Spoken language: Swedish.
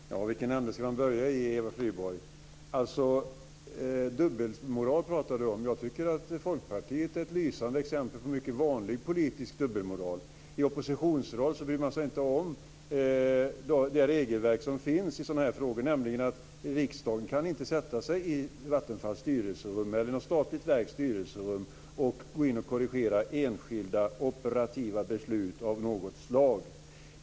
Fru talman! Ja, vilken ända ska man börja i, Eva Flyborg? Dubbelmoral, pratar du om. Jag tycker att Folkpartiet är ett lysande exempel på en mycket vanlig politisk dubbelmoral. I oppositionsroll bryr man sig inte om det regelverks som finns i sådana här frågor. Riksdagen kan inte sätta sig i Vattenfalls styrelserum eller något statligt verks styrelserum och gå in och korrigera enskilda operativa beslut av något slag.